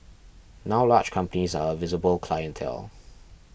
now large companies are a visible clientele